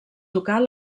tocar